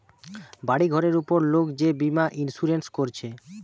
বাড়ি ঘরের উপর লোক যে বীমা ইন্সুরেন্স কোরছে